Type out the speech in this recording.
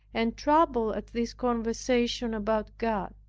and troubled at this conversation about god.